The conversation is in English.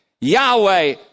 Yahweh